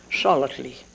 solidly